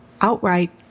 Outright